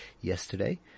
yesterday